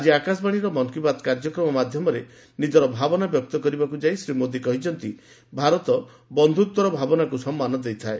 ଆକି ଆକାଶବାଣୀର ମନ୍ କି ବାତ କାର୍ଯ୍ୟକ୍ରମ ମାଧ୍ୟମରେ ନିଜର ଭାବନା ବ୍ୟକ୍ତ କରିବାକୁ ଯାଇ ଶ୍ରୀ ମୋଦୀ କହିଛନ୍ତି ଭାରତ ବନ୍ଧୁତ୍ୱର ଭାବନାକୁ ସମ୍ମାନ ଦେଇଥାଏ